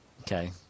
Okay